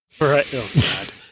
Right